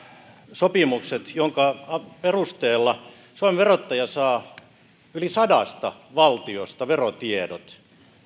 sopimukset joiden perusteella suomen verottaja saa yli sadasta valtiosta verotiedot